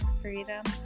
freedom